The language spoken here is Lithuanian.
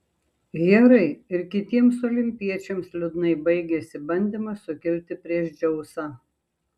herai ir kitiems olimpiečiams liūdnai baigėsi bandymas sukilti prieš dzeusą